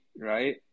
right